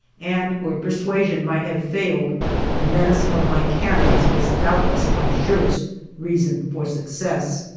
and where persuasion might have failed the menace of my cannons was doubtless my surest reason for success.